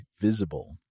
Visible